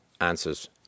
answers